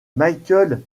michael